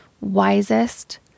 wisest